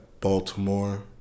Baltimore